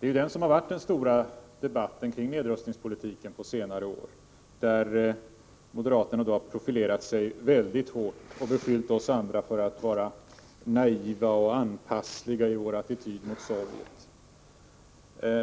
Det är ju den som har varit den stora debattfrågan beträffande nedrustningspolitiken på senare år. Moderaterna har profilerat sig väldigt hårt och beskyllt oss andra för att vara naiva och anpassliga i vår attityd mot Sovjet.